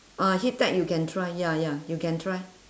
uh heat tech you can try ya ya you can try